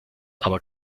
aber